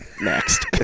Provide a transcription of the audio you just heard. next